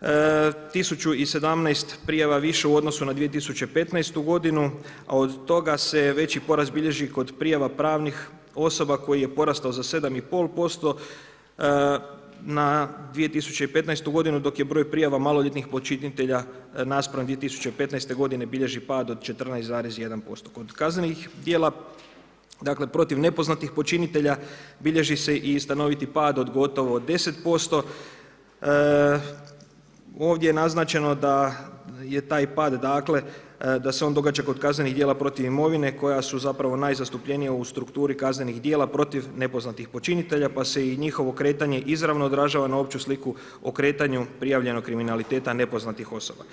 1017 prijava više u odnosu na 2015. godinu, a od toga se veći porast bilježi kod prijava pravnih osoba koji je porastao za 7,5% na 2015. godinu, dok je broj prijava maloljetnih počinitelja naspram 2015. godine bilježi pad od 14,1%, Kod kaznenih djela, protiv nepoznatih počinitelja bilježi se i stanoviti pad od gotovo 10%, ovdje je naznačeno da je taj pad, da se on događa kod kaznenih djela protiv imovine koja su zapravo najzastupljenija u strukturi kaznenih djela protiv nepoznatih počinitelja pa se i njihovo kretanje izravno odražava na opću sliku o kretanju prijavljenog kriminaliteta nepoznatih osoba.